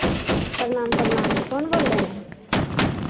प्रणाम प्रणाम कौन बोल रहे हैं